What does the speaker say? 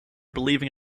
believing